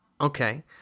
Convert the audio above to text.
Okay